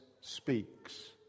speaks